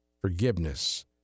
forgiveness